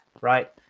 right